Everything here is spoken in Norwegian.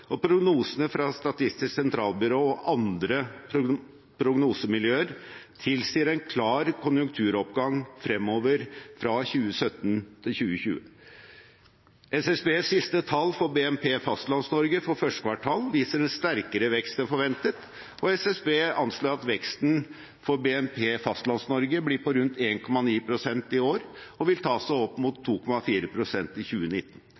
og prognosene fra Statistisk sentralbyrå og andre prognosemiljøer tilsier en klar konjunkturoppgang fremover fra 2017 til 2020. SSBs siste tall for BNP-Fastlands-Norge for 1. kvartal viser en sterkere vekst enn forventet, og SSB anslår at veksten for BNP-Fastlands-Norge blir på rundt 1,9 pst. i år og vil ta seg opp mot 2,4 pst. i 2019.